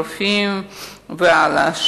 רופאים וכן הלאה.